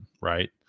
right